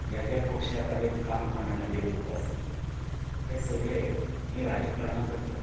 ज्या ज्या पक्षा करील काम करणारें लोक जें आसात ते सगलें ही राज्यकरणां करतात